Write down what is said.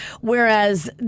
Whereas